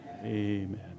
Amen